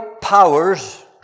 powers